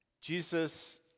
Jesus